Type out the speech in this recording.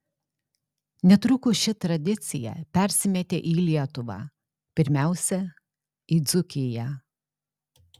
netrukus ši tradicija persimetė į lietuvą pirmiausia į dzūkiją